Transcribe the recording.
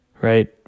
Right